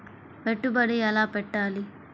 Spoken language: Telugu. పెట్టుబడి ఎలా పెట్టాలి?